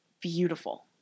beautiful